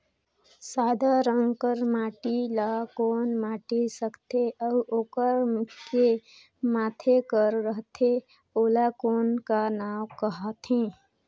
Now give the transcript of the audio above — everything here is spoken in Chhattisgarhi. सादा रंग कर माटी ला कौन माटी सकथे अउ ओकर के माधे कर रथे ओला कौन का नाव काथे?